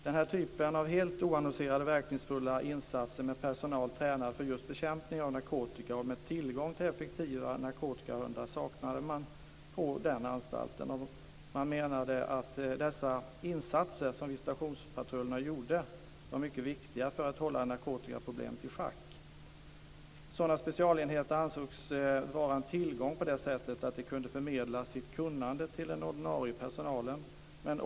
Den typen av helt oannonserade verkningsfulla insatser med personal tränad för bekämpning av narkotika och med tillgång till effektiva narkotikahundar saknade man på den anstalten. Man menade att de insatser som visitationspatrullerna gjorde var mycket viktiga för att hålla narkotikaproblemet i schack. Sådana specialenheter ansågs vara en tillgång på det sättet att de kunde förmedla sitt kunnande till den ordinarie personalen.